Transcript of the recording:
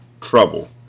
trouble